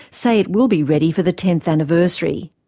say it will be ready for the tenth anniversary.